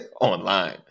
online